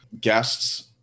guests